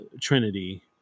Trinity